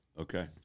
okay